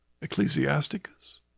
Ecclesiasticus